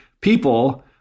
people